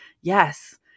yes